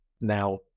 now